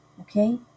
Okay